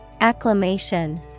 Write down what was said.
Acclamation